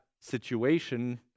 situation